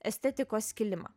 estetikos kilimą